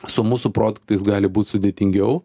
su mūsų produktais gali būt sudėtingiau